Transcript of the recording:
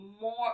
more